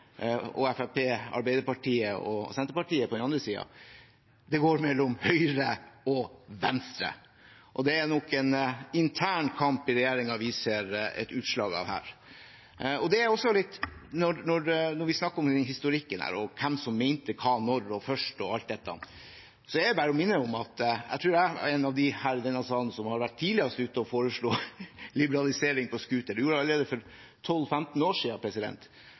og Fremskrittspartiet, Arbeiderpartiet og Senterpartiet på den andre siden. Den går mellom Høyre og Venstre. Det er nok en intern kamp i regjeringen vi ser et utslag av her. Når vi snakker om historikken her, om hvem som mente hva, når, først og alt dette, vil jeg bare minne om at jeg tror jeg er en av dem her i denne salen som var tidligst ute med å foreslå en liberalisering av scootertrafikken. Det skjedde allerede for 12–15 år